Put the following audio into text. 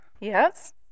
Yes